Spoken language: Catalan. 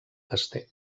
castell